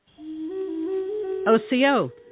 OCO